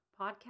podcast